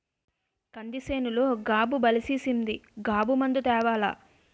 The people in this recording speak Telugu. కంది సేనులో గాబు బలిసీసింది గాబు మందు తేవాల